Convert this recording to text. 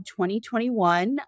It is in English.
2021